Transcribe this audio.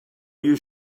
you